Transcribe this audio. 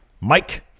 Mike